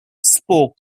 spoke